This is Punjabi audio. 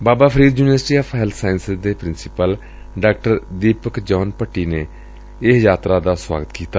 Baba Farid university of health sciences ਦੇ ਪ੍ਰਿੰਸੀਪਲ ਡਾ ਦੀਪਕ ਜੋਹਨ ਭੱਟੀ ਨੇ ਇਸ ਯਾਤਰਾ ਦਾ ਸੁਆਗਤ ਕੀਤਾ